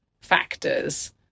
factors